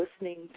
listening